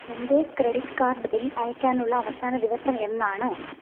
എൻ്റെ credit card bill അയക്കാനുള്ള അവസാന ദിവസം എന്നാണ്